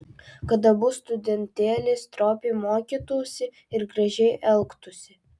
kad abu studentėliai stropiai mokytųsi ir gražiai elgtųsi